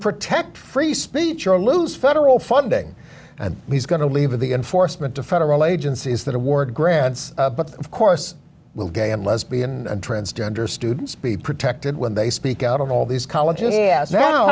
protect free speech or lose federal funding and he's going to leave the enforcement to federal agencies that award grants but of course will gay and lesbian and transgender students be protected when they speak out of all these college